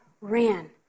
ran